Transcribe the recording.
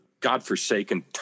godforsaken